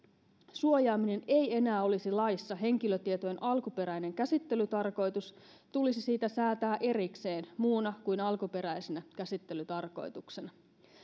suojaaminen ei enää olisi laissa henkilötietojen alkuperäinen käsittelytarkoitus tulisi siitä säätää erikseen muuna kuin alkuperäisenä käsittelytarkoituksena